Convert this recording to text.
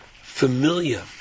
familiar